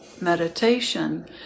meditation